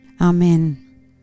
amen